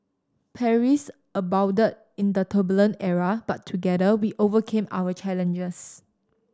perils abounded in the turbulent era but together we overcame our challenges